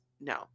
no